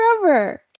forever